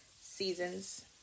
seasons